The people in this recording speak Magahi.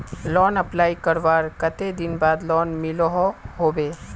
लोन अप्लाई करवार कते दिन बाद लोन मिलोहो होबे?